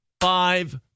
five